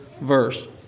verse